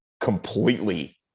completely